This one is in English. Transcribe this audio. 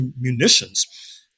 munitions